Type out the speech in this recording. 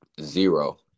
zero